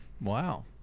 Wow